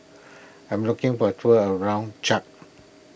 I am looking for a tour around Chad